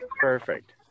perfect